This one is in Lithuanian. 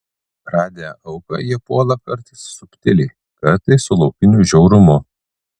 radę auką jie puola kartais subtiliai kartais su laukiniu žiaurumu